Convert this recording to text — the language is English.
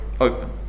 open